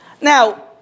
Now